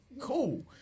cool